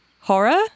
horror